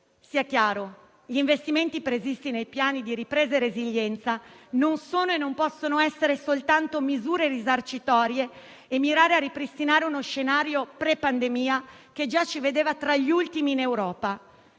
Sia chiaro: gli investimenti previsti nei Piani di ripresa e resilienza non sono e non possono essere soltanto misure risarcitorie e mirare a ripristinare uno scenario pre pandemia che già ci vedeva tra gli ultimi in Europa.